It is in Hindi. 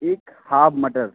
एक हाफ़ मटर